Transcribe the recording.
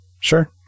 sure